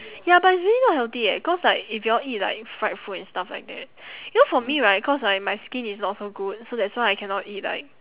ya but it's really not healthy eh cause like if you all eat like fried food and stuff like that you know for me right cause right my skin is not so good so that's why I cannot eat like